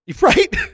Right